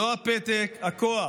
לא הפתק, הכוח.